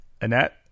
Annette